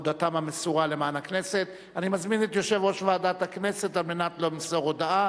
בעד, אין מתנגדים, אין נמנעים.